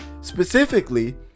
Specifically